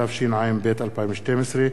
התשע"ב 2012,